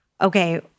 okay